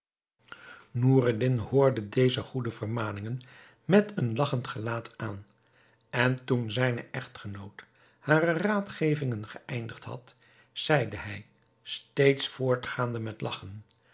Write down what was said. noureddin hoorde deze goede vermaningen met een lagchend gelaat aan en toen zijne echtgenoot hare raadgevingen geëindigd had zeide hij steeds voortgaande met lagchen